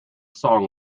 song